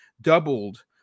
doubled